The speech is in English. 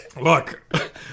Look